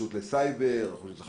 יש את הרשות לסייבר, את הרשות לחדשנות,